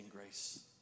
grace